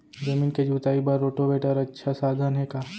जमीन के जुताई बर रोटोवेटर अच्छा साधन हे का?